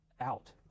out